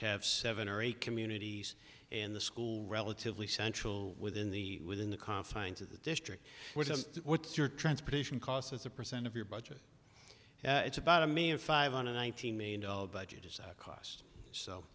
have seven or eight communities in the school relatively central within the within the confines of the district what's your transportation costs as a percent of your budget it's about a million five hundred one thousand million dollars budget is a cost so